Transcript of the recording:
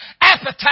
appetite